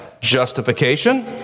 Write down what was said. justification